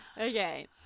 Okay